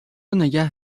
نگه